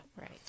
Right